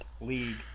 league